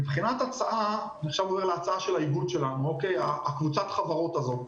מבחינת ההצעה של האיגוד שלנו, קבוצת החברות הזאת,